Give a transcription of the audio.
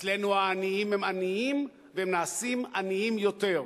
אצלנו העניים הם עניים, והם נעשים עניים יותר.